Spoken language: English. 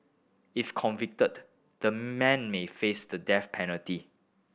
if convicted the men may face the death penalty